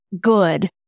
good